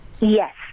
Yes